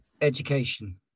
education